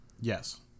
Yes